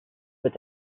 with